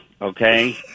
okay